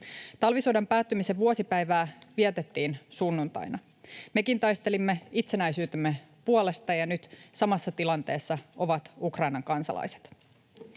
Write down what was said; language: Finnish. Talvisodan päättymisen vuosipäivää vietettiin sunnuntaina. Mekin taistelimme itsenäisyytemme puolesta, ja nyt samassa tilanteessa ovat Ukrainan kansalaiset.